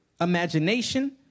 imagination